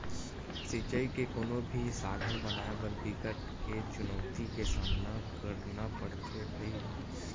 सिचई के कोनो भी साधन बनाए बर बिकट के चुनउती के सामना करना परथे भइर